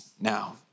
now